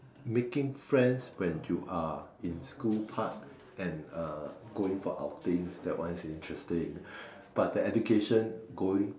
making friends when you are in school part and uh going for outings that one is interesting but the education going